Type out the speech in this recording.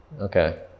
Okay